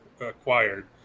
acquired